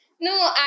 no